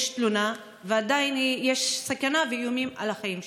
יש תלונה ועדיין יש סכנה ואיומים על החיים שלהן?